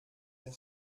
der